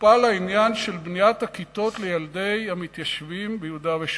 טופל העניין של בניית הכיתות לילדי המתיישבים ביהודה ושומרון?